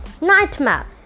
Nightmare